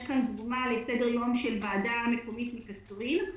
יש כאן דוגמה לסדר יום של ועדה מקומית מקצרין.